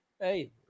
Hey